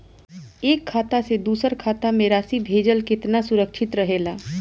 एक खाता से दूसर खाता में राशि भेजल केतना सुरक्षित रहेला?